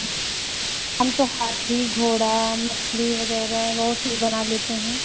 ہم تو ہاتھی گھوڑا مچھلی وغیرہ بہت چیز بنا لیتے ہیں